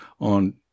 on